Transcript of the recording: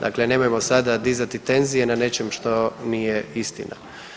Dakle, nemojmo sada dizati tenzije na nečem što nije istina.